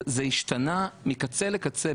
זה השתנה מקצה לקצה.